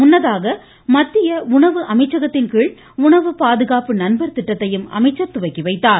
முன்னதாக மத்திய உணவு அமைச்சகத்தின் கீழ் உணவு பாதுகாப்பு நண்பர் திட்டத்தையும் அமைச்சர் துவக்கி வைத்தார்